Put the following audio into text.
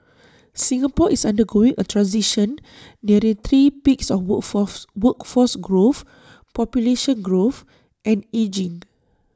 Singapore is undergoing A transition nearing three peaks of workforce workforce growth population growth and ageing